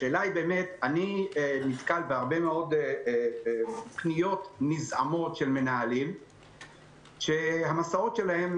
אני נתקל בהרבה מאוד פניות נזעמות של מנהלים שהמסעות שלהם,